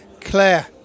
Claire